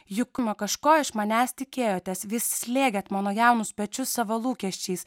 juk kažko iš manęs tikėjotės vis slėgėt mano jaunus pečius savo lūkesčiais